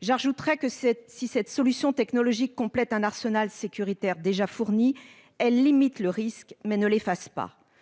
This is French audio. Si une telle solution technologique, qui complète un arsenal sécuritaire déjà fourni, limite le risque, elle ne l'efface pas.